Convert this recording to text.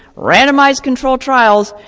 randomized control trial,